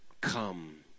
come